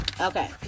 okay